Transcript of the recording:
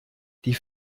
die